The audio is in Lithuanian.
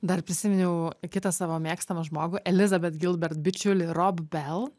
dar prisiminiau kitą savo mėgstamą žmogų elizabet gilbert bičiulį rob bel